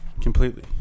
completely